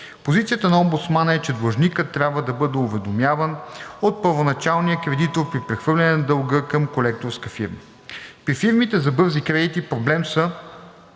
Позицията на омбудсмана е, че длъжникът трябва да бъде уведомяван от първоначалния кредитор при прехвърляне на дълга към колекторска фирма. При фирмите за бързи кредити проблем са